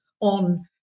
on